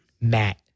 Matt